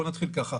נתחיל ככה,